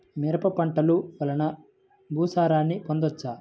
మిశ్రమ పంటలు వలన భూసారాన్ని పొందవచ్చా?